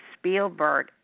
spielberg